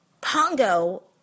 Pongo